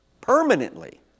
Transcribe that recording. Permanently